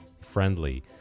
friendly